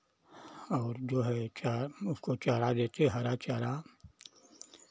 और जो है क्या उसको चारा देते हरा चारा